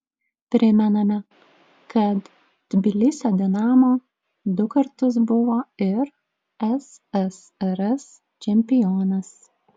primename kad tbilisio dinamo du kartus buvo ir ssrs čempionas